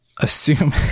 assume